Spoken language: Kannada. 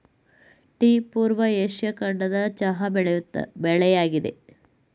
ಟೀ ಪೂರ್ವ ಏಷ್ಯಾ ಖಂಡದ ಚಹಾ ಬೆಳೆಯಾಗಿದೆ